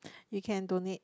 you can donate